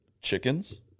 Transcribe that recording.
Chickens